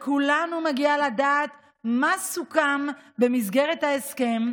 לכולנו מגיע לדעת מה סוכם במסגרת ההסכם,